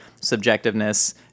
subjectiveness